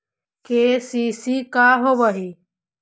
KCC का होव हइ?